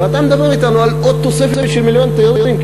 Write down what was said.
ואתה מדבר אתנו על עוד תוספת של מיליון תיירים,